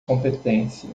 competência